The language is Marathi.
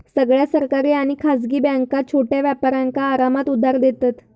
सगळ्या सरकारी आणि खासगी बॅन्का छोट्या व्यापारांका आरामात उधार देतत